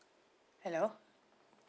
hello